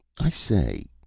i say,